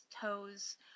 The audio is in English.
toes